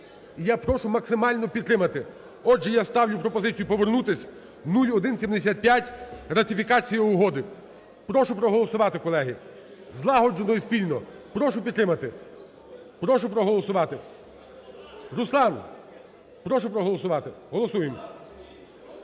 я прошу максимально підтримати. Отже, я ставлю пропозицію повернутись, 0175, ратифікація Угоди. Прошу проголосувати, колеги, злагоджено і спільно. Прошу підтримати, прошу проголосувати. Руслан, прошу проголосувати. Голосуємо.